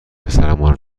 پسرمان